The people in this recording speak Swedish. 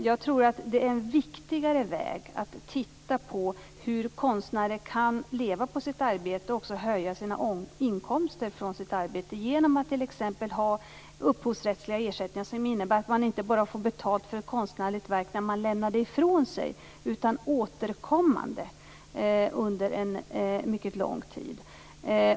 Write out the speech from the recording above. Jag tror att det är en viktigare väg att titta på hur konstnärer kan leva på sitt arbete och också höja inkomsterna från sitt arbete genom att t.ex. ha upphovsrättsliga ersättningar som innebär att man inte bara får betalt för ett konstnärligt verk när man lämnar det ifrån sig utan återkommande under en mycket lång tid.